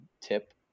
tip